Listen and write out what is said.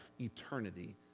eternity